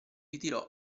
ritirò